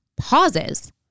pauses